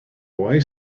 boy